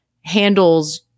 handles